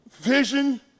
vision